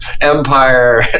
Empire